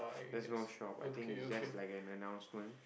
there's no shop I think it's just like an announcement